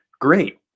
great